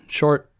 short